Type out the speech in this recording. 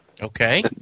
Okay